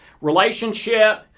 relationship